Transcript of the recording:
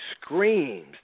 screams